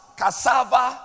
cassava